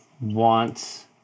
wants